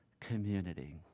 community